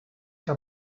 que